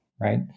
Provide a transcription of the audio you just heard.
right